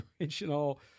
original